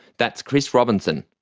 that's chris robinson,